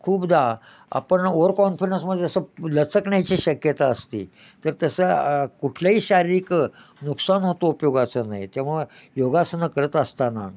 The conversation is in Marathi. खूपदा आपण ओववररकॉन्फिडन्समध्ये जसं लचकण्याची शक्यता असती तर तसा कुठल्याही शारीरिक नुकसान होतो उपयोगाचं नाही त्यामुळं योगासनं करत असताना